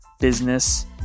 business